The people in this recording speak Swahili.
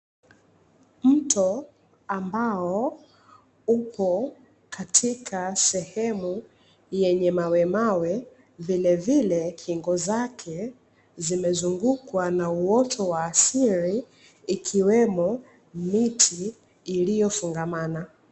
Mto ambao upo katika sehemu yanye mawemawe, vilievile kingo zake zimezungukwa na uoto wa asili ikiwemo miti iliyofungamana.